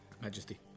Majesty